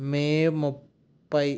మే ముప్పై